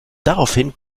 daraufhin